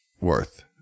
worth